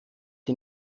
die